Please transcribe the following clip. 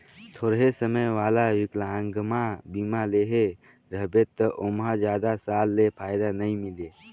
थोरहें समय वाला विकलांगमा बीमा लेहे रहबे त ओमहा जादा साल ले फायदा नई मिले